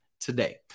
today